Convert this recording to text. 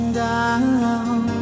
down